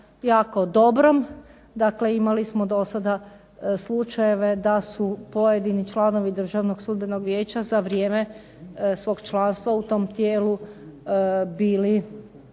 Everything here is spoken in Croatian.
jako dobrom. Dakle, imali smo do sada slučajeve da su pojedini članovi Državnog sudbenog vijeća za vrijeme zbog članstva u tom tijelu bili